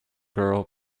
girl